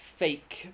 fake